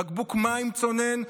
בקבוק מים צונן,